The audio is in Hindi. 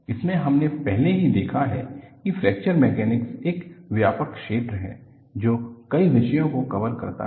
इसमें हमने पहले ही देखा है कि फ्रैक्चर मैकेनिक्स एक व्यापक क्षेत्र है जो कई विषयों को कवर करता है